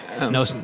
No